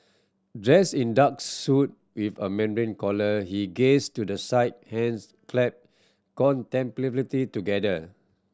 dressed in dark suit with a mandarin collar he gazed to the side hands clasped contemplatively together